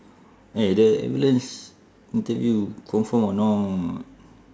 eh the ambulance interview confirm or not